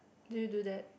do you do that